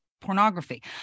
pornography